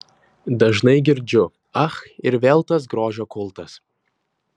dažnai girdžiu ach ir vėl tas grožio kultas